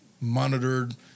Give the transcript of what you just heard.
monitored